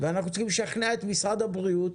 ואנחנו צריכים לשכנע את משרד הבריאות